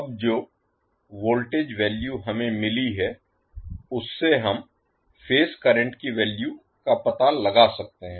अब जो voltage value हमें मिली है उससे हम फेज करंट की वैल्यू का पता लगा सकते हैं